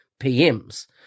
PMs